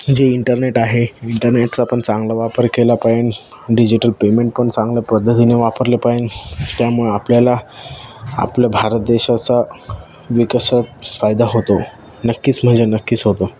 जे इंटरनेट आहे इंटरनेटचा पण चांगला वापर केला पाईन डिजिटल पेमेंट पण चांगल्या पद्धतीने वापरले पाईन त्यामुळं आपल्याला आपलं भारत देशाचा विकासात फायदा होतो नक्कीच म्हणजे नक्कीच होतो